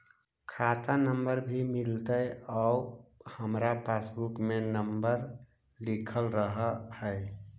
खाता नंबर भी मिलतै आउ हमरा पासबुक में नंबर लिखल रह है?